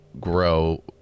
grow